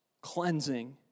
cleansing